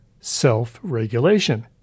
self-regulation